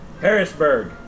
Harrisburg